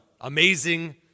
amazing